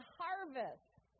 harvest